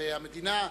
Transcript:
הרי המדינה,